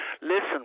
Listen